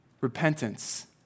Repentance